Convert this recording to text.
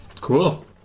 Cool